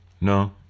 No